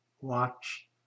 watch